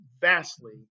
vastly